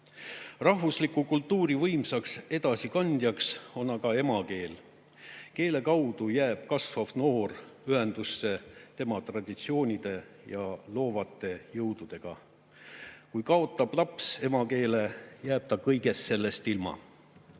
Rahvusliku kultuuri võimsaks edasikandjaks on aga emakeel. Keele kaudu jääb kasvav noor ühendusse tema traditsioonide ja loovate jõududega. Kui kaotab laps emakeele, jääb ta kõigest sellest ilma.